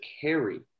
carry